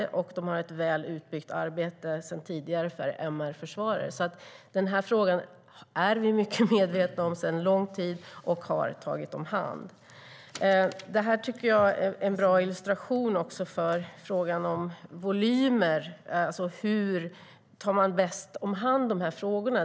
De har sedan tidigare ett väl utbyggt arbete för MR-försvarare, så den här frågan är vi mycket medvetna om sedan lång tid och har tagit om hand. Detta tycker jag är en bra illustration till frågan om volymer: Hur tar man bäst om hand dessa frågor?